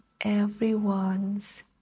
everyone's